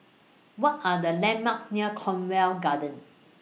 What Are The landmarks near Cornwall Gardens